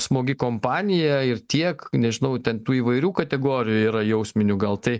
smagi kompanija ir tiek nežinau ten tų įvairių kategorijų yra jausminių gal tai